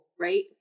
right